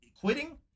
quitting